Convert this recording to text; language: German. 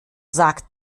sagt